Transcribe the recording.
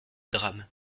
drame